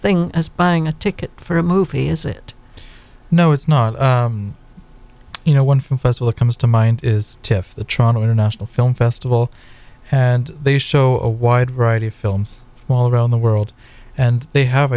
thing as buying a ticket for a movie is it no it's not you know one festival it comes to mind is if the channel international film festival and they show a wide variety of films all around the world and they have